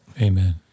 Amen